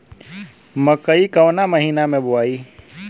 मकई कवना महीना मे बोआइ?